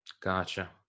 Gotcha